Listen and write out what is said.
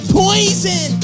poison